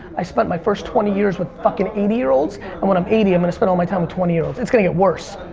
i spent my first twenty years with fucking eighty year olds and when i'm eighty, i'm gonna spend all my time with twenty year olds, it's gonna get worse.